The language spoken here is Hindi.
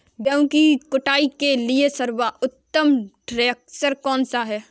गेहूँ की कुटाई के लिए सर्वोत्तम थ्रेसर कौनसा है?